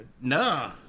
Nah